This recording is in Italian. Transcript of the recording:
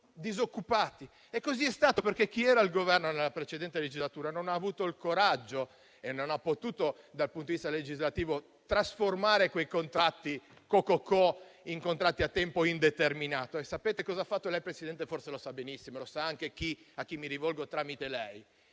Così è stato, perché chi era al Governo nella precedente legislatura non ha avuto il coraggio e non ha potuto dal punto di vista legislativo trasformare i contratti co.co.co in contratti a tempo indeterminato. Sapete cosa ha fatto, Presidente? Forse lo sa benissimo e lo sanno anche coloro a cui mi rivolgo tramite lei.